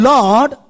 Lord